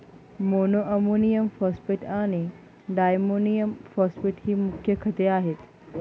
monoammonium phosphate आणि diammonium phosphate ही मुख्य खते आहेत